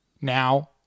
Now